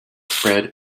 spread